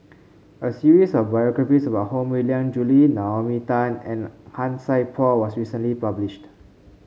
a series of biographies about Koh Mui Hiang Julie Naomi Tan and Han Sai Por was recently published